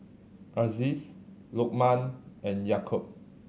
Aziz Lokman and Yaakob